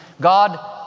god